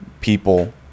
people